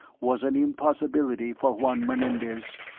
was an impossibility for juan menendez.